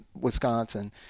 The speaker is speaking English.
Wisconsin